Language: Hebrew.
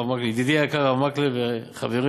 ידידי היקר הרב מקלב וחברי